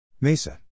MESA